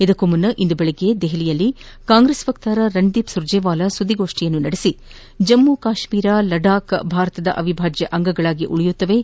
ಇದಕ್ಕು ಮುನ್ನ ಇಂದು ಬೆಳಿಗ್ಗೆ ನವದೆಹಲಿಯಲ್ಲಿ ಕಾಂಗೈಸ್ ವಕ್ಕಾರ ರಣದೀಪ್ ಸುರ್ಜೆವಾಲಾ ಸುದ್ದಿಗೋಷ್ಠಿಯಲ್ಲಿ ಮಾತನಾಡಿ ಜಮ್ಮು ಕಾಶ್ಚೀರ ಲಡಾಖ್ ಭಾರತದ ಅವಿಭಾಜ್ಯ ಅಂಗಗಳಾಗಿ ಉಳಿಯಲಿವೆ